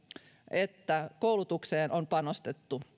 että koulutukseen on panostettu